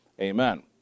Amen